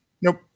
Nope